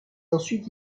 ensuite